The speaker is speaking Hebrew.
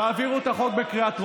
תעבירו את החוק בקריאה טרומית,